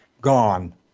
gone